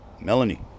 Melanie